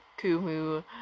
Kumu